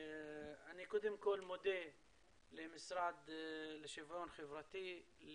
אני קודם כל מודה למשרד לשוויון חברתי,